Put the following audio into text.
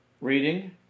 reading